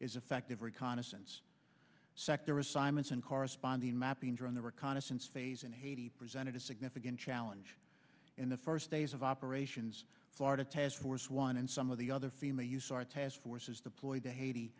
is effective reconnaissance sector assignments and corresponding mapping during the reconnaissance phase and haiti presented a significant challenge in the first days of operations florida task force one and some of the other fema use our task force is deployed to haiti